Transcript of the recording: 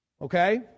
Okay